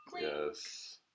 yes